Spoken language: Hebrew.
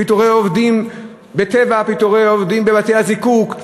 פיטורי עובדים ב"טבע", פיטורי עובדים בבתי-הזיקוק.